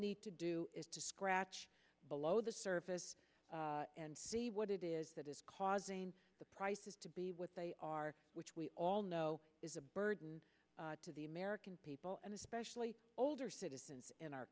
need to do is to scratch below the surface and see what it is that is causing the prices to be what they are which we all know is a burden to the american people and especially older citizens in our